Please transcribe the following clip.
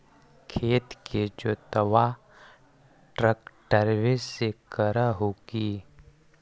खेत के जोतबा ट्रकटर्बे से कर हू की?